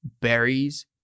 berries